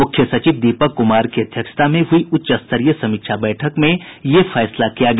मुख्य सचिव दीपक कुमार की अध्यक्षता में हुई उच्चस्तरीय समीक्षा बैठक में यह फैसला किया गया